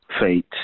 Fate